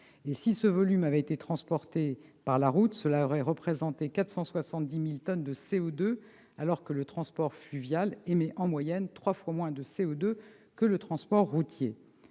Si ce volume avait été acheminé par la route, cela aurait représenté 470 000 tonnes de CO2, alors que le transport fluvial émet en moyenne trois fois moins de dioxyde de carbone que le transport routier.